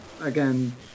again